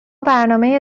برنامه